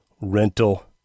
rental